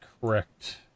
correct